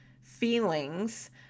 feelings